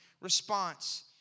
response